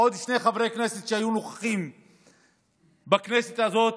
ועוד שני חברי כנסת שהיו נוכחים בכנסת הזאת,